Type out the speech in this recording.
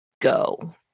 go